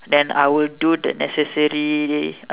then I will do the necessary uh